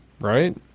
Right